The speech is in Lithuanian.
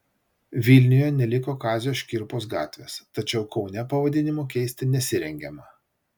vilniuje neliko kazio škirpos gatvės tačiau kaune pavadinimo keisti nesirengiama